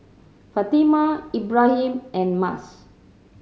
Fatimah Ibrahim and Mas